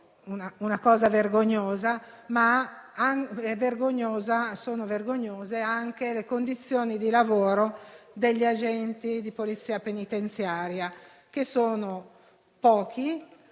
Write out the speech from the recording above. una cosa vergognosa, ma vergognose sono anche le condizioni di lavoro degli agenti di Polizia penitenziaria, pochi